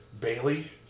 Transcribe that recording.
Bailey